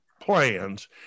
plans